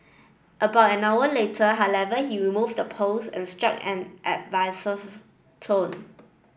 about an hour later however he removed the post and struck an tone